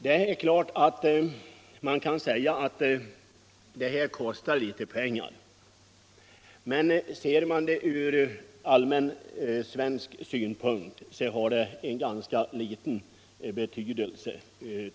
Man kan naturligtvis säga att detta kostar pengar, men sett från hela landets synpunkt har det stor betydelse.